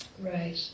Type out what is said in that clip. Right